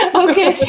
okay,